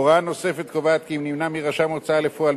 הוראה נוספת קובעת כי אם נמנע מרשם הוצאה לפועל,